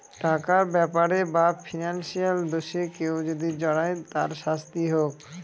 টাকার ব্যাপারে বা ফিনান্সিয়াল দোষে কেউ যদি জড়ায় তার শাস্তি হোক